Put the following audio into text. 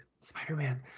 Spider-Man